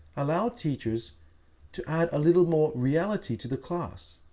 allow teachers to add a little more reality to the class.